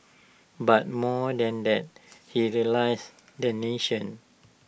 but more than that he realise the nation